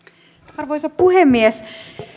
arvoisa puhemies